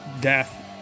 death